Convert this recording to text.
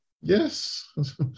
yes